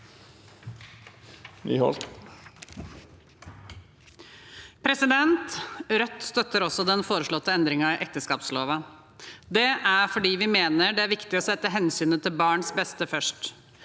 Rødt støtter også den foreslåtte endringen i ekteskapsloven. Det er fordi vi mener det er viktig å sette hensynet til barnets beste først.